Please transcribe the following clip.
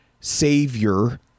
savior